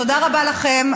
תודה רבה לכם.